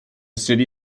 city